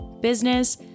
business